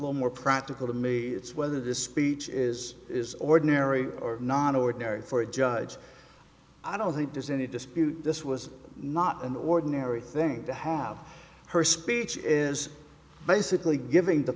more practical to me it's whether this speech is is ordinary or not ordinary for a judge i don't think there's any dispute this was not an ordinary thing to have her speech is basically giving the